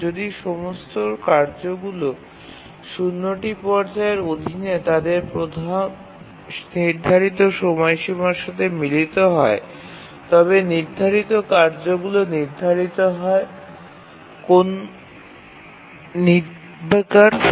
যদি সমস্ত কার্যগুলি ০ পর্যায়ের অধীনে তাদের নির্ধারিত প্রথম সময়সীমাটি পূরণ করে তবে কার্যগুলি কোন একটি সাধারণ পদ্ধতিতে সম্পাদন করা হয়